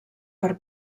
per